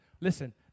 Listen